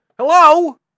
Hello